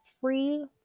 free